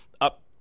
up